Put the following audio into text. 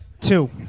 Two